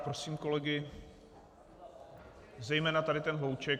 Prosím kolegy, zejména tady ten hlouček.